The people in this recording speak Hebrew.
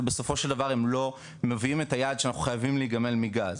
ובסופו של דבר הם לא מביאים את היעד שאנחנו חייבים להיגמל מגז.